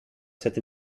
set